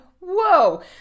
whoa